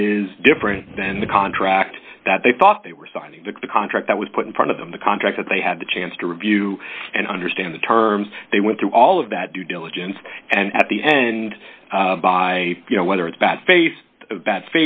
is different than the contract that they thought they were so i think the contract that was put in front of them the contract that they had the chance to review and understand the terms they went through all of that due diligence and at the end by you know whether it's bad fa